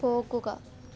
പോകുക